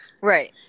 Right